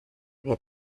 wir